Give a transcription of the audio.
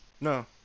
No